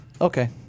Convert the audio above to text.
Okay